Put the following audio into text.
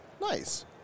Nice